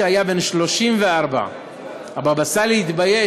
שהיה בן 34. הבאבא סאלי התבייש,